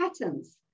patterns